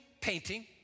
painting